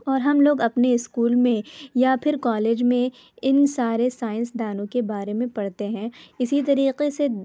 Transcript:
اور ہم لوگ اپنے اسکول میں یا پھر کالج میں ان سارے سائنسدانوں کے بارے میں پڑھتے ہیں اسی طریقے سے